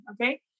okay